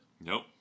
Nope